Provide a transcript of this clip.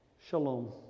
Shalom